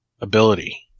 ability